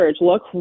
Look